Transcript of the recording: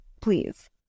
please